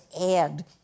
add